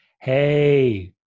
Hey